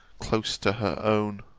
close to her own